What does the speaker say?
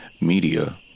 Media